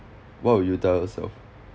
what would you tell yourself